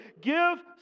Give